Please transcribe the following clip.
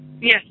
Yes